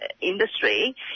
industry